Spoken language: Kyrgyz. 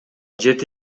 жети